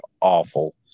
awful